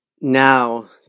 now